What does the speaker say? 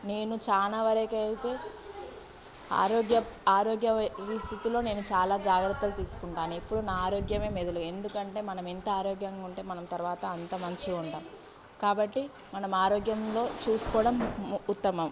నేను చాలా వరకు అయితే ఆరోగ్యప్ ఆరోగ్య వై ఈ స్థితిలో నేను చాలా జాగ్రత్తలు తీసుకుంటాను ఎప్పుడూ నా ఆరోగ్యమే మొదలు ఎందుకంటే మనం ఎంత ఆరోగ్యంగా ఉంటే మనం తర్వాత అంత మంచిగా ఉంటాం కాబట్టి మనం ఆరోగ్యంలో చూసుకోవడం ఉత్తమం